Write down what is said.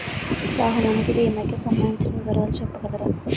వాహనానికి భీమా కి సంబందించిన వివరాలు చెప్పగలరా?